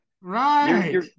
Right